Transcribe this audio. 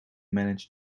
manage